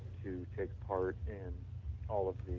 to take part in all of